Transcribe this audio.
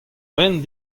rin